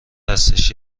هستش